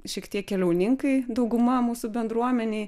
šiek tiek keliauninkai dauguma mūsų bendruomenėj